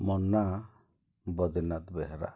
ମୋର୍ ନାଁ ବଦ୍ରିନାଥ ବେହେରା